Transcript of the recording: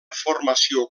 formació